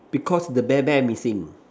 because the bear bear missing